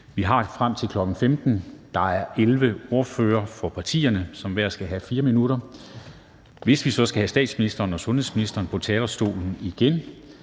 vi har frem til kl. 15.00. Der er 11 ordførere for partierne, som hver skal have 4 minutter. Hvis vi så skal have statsministeren og sundhedsministeren på talerstolen igen,